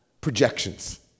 projections